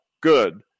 Good